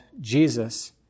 Jesus